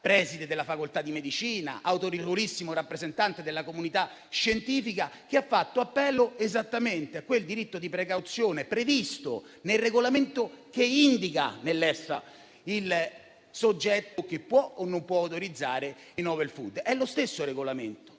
preside della facoltà di medicina, autorevolissimo rappresentante della comunità scientifica, che ha fatto appello esattamente a quel principio di precauzione previsto nel regolamento, che indica nella European Food safety authority (EFSA) il soggetto che può o non può autorizzare il *novel* *food.* È lo stesso regolamento